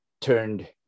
turned